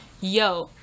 yo